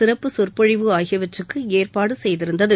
சிறப்பு சொற்பொழிவு ஆகியவற்றுக்கு ஏற்பாடு செய்திருந்தது